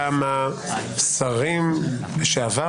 גם השר לשעבר